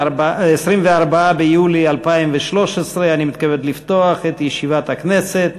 24 ביולי 2013. אני מתכבד לפתוח את ישיבת הכנסת.